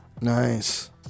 Nice